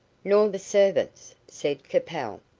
nor the servants, said capel.